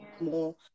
more